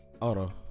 Auto